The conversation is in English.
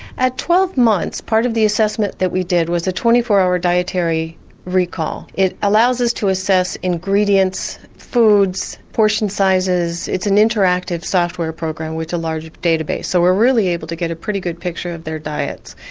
at twelve months part of the assessment that we did was a twenty four hour dietary recall. it allows us to assess ingredients, foods, portion sizes, it's an interactive software program with a large database so we're really able to get a pretty good picture of their diets.